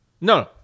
No